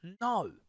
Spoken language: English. No